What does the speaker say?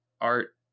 art